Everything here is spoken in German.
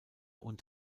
und